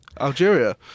Algeria